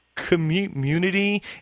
community